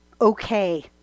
okay